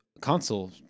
console